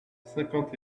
cinquante